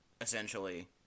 essentially